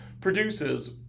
produces